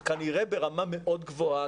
כנראה ברמה מאוד גבוהה,